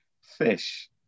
fish